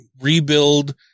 Rebuild